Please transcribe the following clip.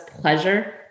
pleasure